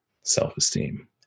self-esteem